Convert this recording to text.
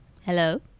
Hello